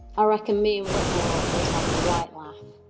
ah reckon me and whitmore would have a right laugh,